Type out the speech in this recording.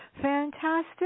Fantastic